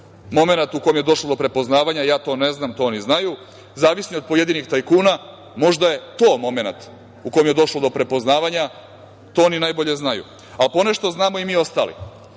momenat u kome je došlo do prepoznavanja, ja to ne znam, to oni znaju, zavisni od pojedinih tajkuna, možda je to momenat u kome je došlo do prepoznavanja, to oni najbolje znaju, ali po nešto znamo i mi ostali. Raša